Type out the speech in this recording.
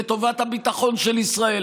לטובת הביטחון של ישראל,